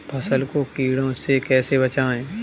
फसल को कीड़ों से कैसे बचाएँ?